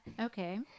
Okay